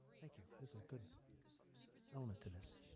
thank you. this is good element to this.